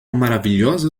maravilhosa